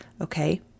okay